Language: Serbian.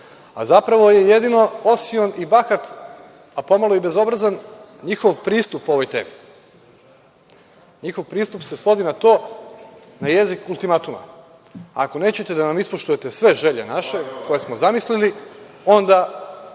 A zapravo je jedino osion i bahat, a pomalo i bezobrazan njihov pristup ovoj temi. Njihov pristup se svodi na to, na jezik ultimatuma, a ako nećete da nam ispoštujete sve želje naše koje smo zamislili onda